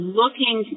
looking